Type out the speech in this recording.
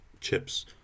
chips